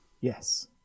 Yes